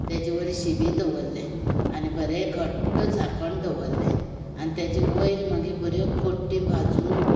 ताजे वयर शिडी दवरलें आनी बरें घट्ट दांकण दवरलें आनी ताचे वयर मागीर बऱ्यो कट्ट्यो भाजून